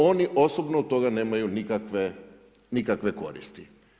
Oni osobno od toga nemaju nikakve koristi.